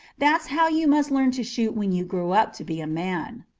that's how you must learn to shoot when you grow up to be a man.